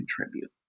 contribute